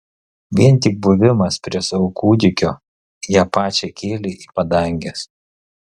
vien tik buvimas prie savo kūdikio ją pačią kėlė į padanges